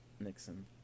nixon